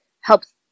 helps